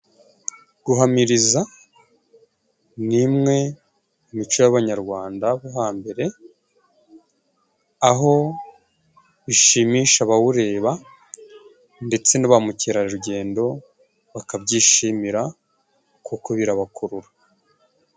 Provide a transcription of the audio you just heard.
Guhamiriza ni umwe mu mico y'Abanyarwanda bo hambere, aho ushimisha abawureba ndetse na ba mukerarugendo bakabyishimira kuko birabakurura.